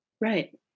Right